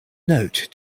note